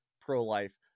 pro-life